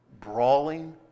brawling